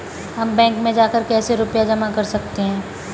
हम बैंक में जाकर कैसे रुपया जमा कर सकते हैं?